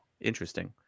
Interesting